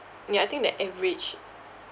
ya I think their average